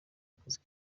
akazi